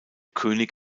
könig